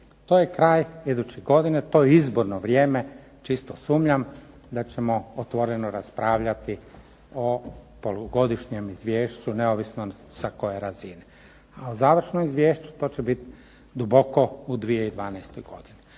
to je kraj iduće godine. To je izborno vrijeme, čisto sumnjam da ćemo otvoreno raspravljati o polugodišnjem izvješću neovisno sa koje razine. A o završnom izvješću to će biti duboko u 2012. godini.